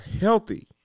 healthy